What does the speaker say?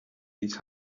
his